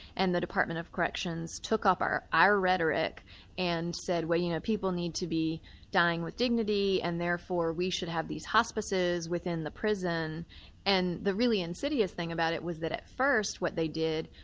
and the department of corrections took up our our rhetoric and said well you know, people need to be dying with dignity, and therefore we should have these hospices within the prison and the really insidious thing about it was that at first what they did,